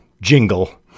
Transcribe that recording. Jingle